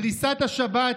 דריסת השבת,